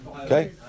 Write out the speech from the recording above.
Okay